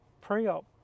pre-op